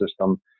system